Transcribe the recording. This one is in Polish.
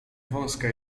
wąska